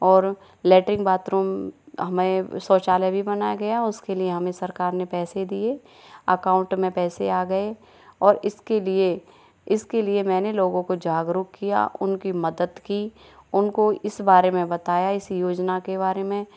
और latrine bathroom हमें शौचालय भी बनाया गया और उसके लिए हमें सरकार ने पैसे दिए अकाउंट में पैसे आ गये और इसके लिए इसके लिए मैंने लोगों को जागरूक किया उनकी मदद की उनको इस बारे में बताया इस योजना के बारे में